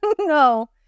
no